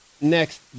next